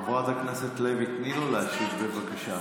אבל, חברת הכנסת לוי, תני לו להשיב, בבקשה.